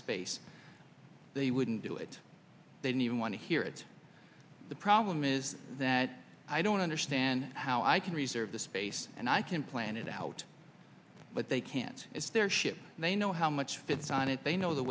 space they wouldn't do it they need want to hear it the problem is that i don't understand how i can reserve the space and i can plan it out but they can't it's their ship and they know how much fits on it they know the